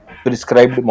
prescribed